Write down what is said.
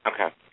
okay